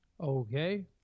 Okay